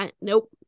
nope